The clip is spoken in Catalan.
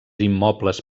immobles